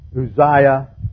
Uzziah